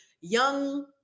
young